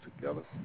together